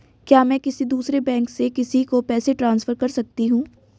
क्या मैं किसी दूसरे बैंक से किसी को पैसे ट्रांसफर कर सकती हूँ?